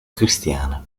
cristiana